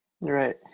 Right